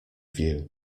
view